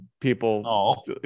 people